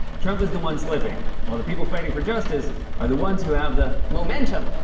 trump is the one slipping, while the people fighting for justice are the ones who have the. momentum!